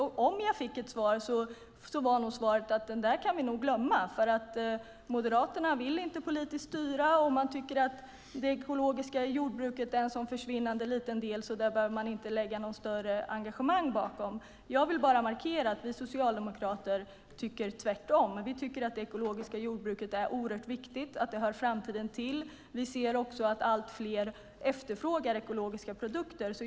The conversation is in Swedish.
Om jag fick ett svar var svaret troligen att det där kan vi nog glömma, för Moderaterna vill inte styra politiskt och man tycker att det ekologiska jordbruket är en sådan försvinnande liten del att man inte behöver lägga något större engagemang bakom det. Jag vill bara markera att vi socialdemokrater tycker tvärtom. Vi tycker att det ekologiska jordbruket är oerhört viktigt, att det hör framtiden till. Vi ser också att allt fler efterfrågar ekologiska produkter.